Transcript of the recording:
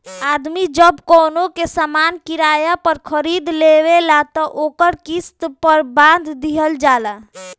आदमी जब कवनो सामान किराया पर खरीद लेवेला त ओकर किस्त पर बांध दिहल जाला